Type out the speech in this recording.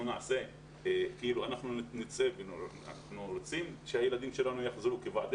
אנחנו כוועדי הורים וכהורים רוצים שהילדים שלנו יחזרו לבתי